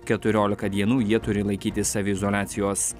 keturiolika dienų jie turi laikytis saviizoliacijos